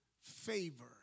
favor